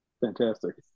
Fantastic